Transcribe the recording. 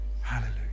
hallelujah